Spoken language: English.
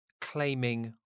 claiming